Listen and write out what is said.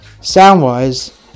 sound-wise